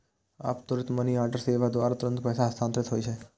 आब त्वरित मनीऑर्डर सेवा द्वारा तुरंत पैसा हस्तांतरित होइ छै